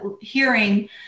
hearing